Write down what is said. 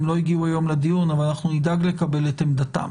הם לא הגיעו היום לדיון אבל אנחנו נדאג לקבל את עמדתם.